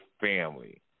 family